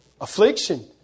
affliction